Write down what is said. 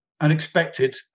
unexpected